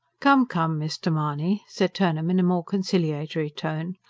come, come, mr. mahony, said turnham in a more conciliatory tone.